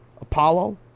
Apollo